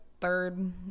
third